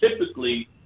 typically